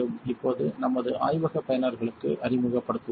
இப்போது நமது ஆய்வக பயனர்களுக்கு அறிமுகப்படுத்துவோம்